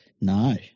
No